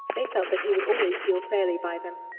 they felt that he would always deal fairly by them.